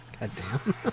Goddamn